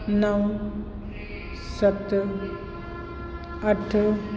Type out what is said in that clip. नव सत अठ